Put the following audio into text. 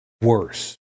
worse